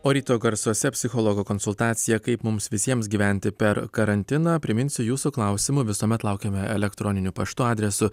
o ryto garsuose psichologo konsultacija kaip mums visiems gyventi per karantiną priminsiu jūsų klausimų visuomet laukiame elektroniniu paštu adresu